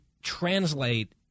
translate